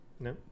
no